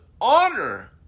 honor